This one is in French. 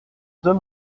deux